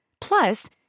Plus